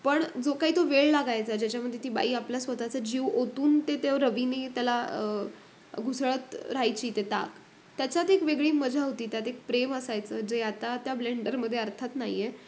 पण जो काही तो वेळ लागायचा ज्याच्यामध्ये ती बाई आपल्या स्वतःचा जीव ओतून ते ते रवीने त्याला घुसळत राहायची ते ताक त्याच्यात एक वेगळी मजा होती त्यात एक प्रेम असायचं जे आता त्या ब्लेंडरमध्ये अर्थात नाही आहे